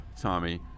Tommy